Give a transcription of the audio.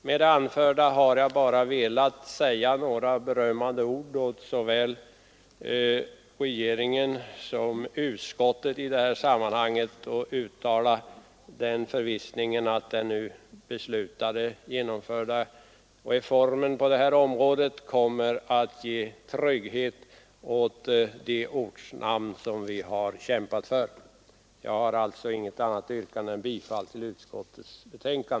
Med det anförda har jag bara velat säga några berömmande ord till såväl regeringen som utskottet och uttala förvissningen att den reform riksdagen kommer att fatta beslut om på detta område kommer att trygga de ortnamn som vi har kämpat för. Jag har alltså inget annat yrkande än om bifall till utskottets hemställan.